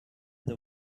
the